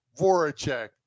Voracek